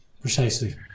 Precisely